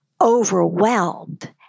overwhelmed